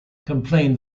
complained